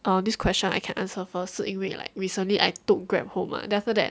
err this question I can answer for 是因为 like recently I took Grab home ah then after that